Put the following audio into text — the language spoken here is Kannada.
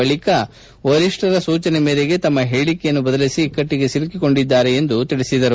ಬಳಿಕ ವರಿಷ್ಠರ ಸೂಚನೆ ಮೇರೆಗೆ ತಮ್ಮ ಹೇಳಿಕೆಯನ್ನು ಬದಲಿಸಿ ಇಕ್ಷಟ್ಟಿಗೆ ಸಿಲುಕೆಕೊಂಡಿದ್ದಾರೆ ಎಂದು ಹೇಳಿದರು